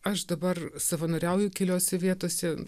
aš dabar savanoriauju keliose vietose